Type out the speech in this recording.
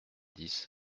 dix